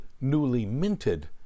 newly-minted